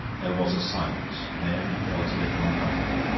there was a silence mary felt a little uncomfortable.